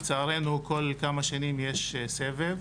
לצערנו, בכל כמה שנים יש סבב